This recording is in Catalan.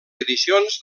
edicions